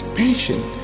patient